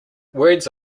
words